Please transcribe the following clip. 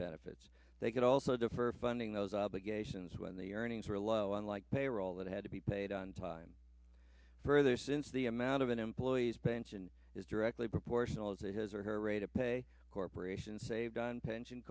benefits they could also defer funding those obligations when the earnings were low unlike payroll that had to be paid on time further since the amount of employees pension is directly proportional to his or her rate of pay corporation saved on pension